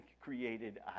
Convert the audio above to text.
created